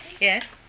Yes